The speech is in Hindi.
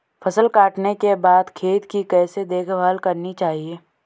फसल काटने के बाद खेत की कैसे देखभाल करनी चाहिए?